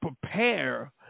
prepare